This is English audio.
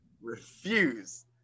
Refuse